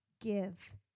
give